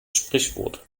sprichwort